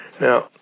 Now